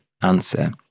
answer